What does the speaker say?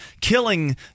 killing